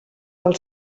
del